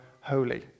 holy